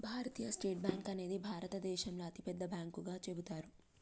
భారతీయ state bank అనేది భారతదేశంలోనే అతిపెద్ద బ్యాంకుగా చెబుతారు